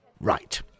Right